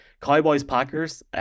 Cowboys-Packers